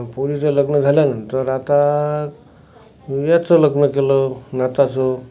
पोरीचं लग्न झाल्यानंतर आता मुलग्याचं लग्न केलं नाथाचं